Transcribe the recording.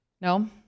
No